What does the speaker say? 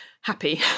happy